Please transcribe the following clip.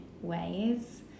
ways